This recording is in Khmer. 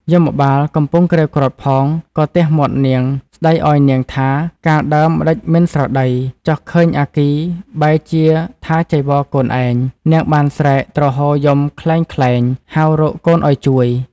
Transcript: យមបាលកំពុងក្រេវក្រោធផង ក៏ទះមាត់នាង ស្តីឱ្យនាងថា កាលដើមម្តេចមិនស្រដី លុះឃើញអគ្គិបែរជាថាចីពរកូនឯង នាងបានស្រែក ទ្រហោយំក្លែងៗ ហៅរកកូនឱ្យជួយ ។